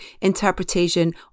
interpretation